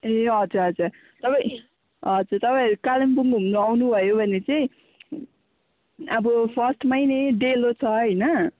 ए हजुर हजुर तपाईँ हजुर तपाईँ कालिम्पोङ घुम्नु आउनुभयो भने चाहिँ अब फर्स्टमा नै डेलो छ हैन